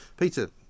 Peter